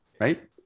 right